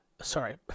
sorry